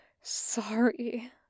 sorry